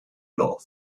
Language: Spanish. love